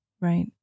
right